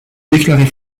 déclarer